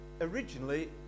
originally